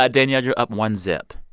danielle, you're up one zip.